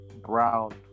Brown